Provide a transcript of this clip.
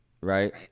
right